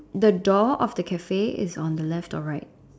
the door of the Cafe is on the left or right